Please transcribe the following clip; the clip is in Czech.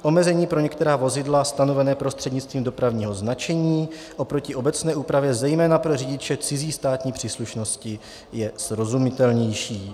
Omezení pro některá vozidla stanovená prostřednictvím dopravního značení oproti obecné úpravě zejména pro řidiče cizí státní příslušnosti je srozumitelnější.